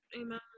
Amen